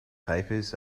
papers